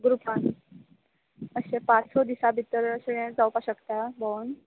ग्रुपान अशें पांस स दिसा भितर अशें जावपा शकता भोंवोन